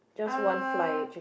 uh